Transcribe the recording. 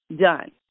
done